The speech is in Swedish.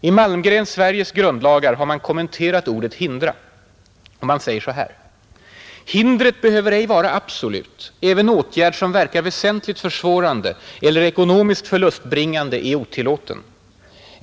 I Malmgrens ” Sveriges grundlagar” har man kommenterat ordet ”hindra”: ”Hindret behöver ej vara absolut; även åtgärd, som verkar väsentligt försvårande eller ekonomiskt förlustbringande är otillåten.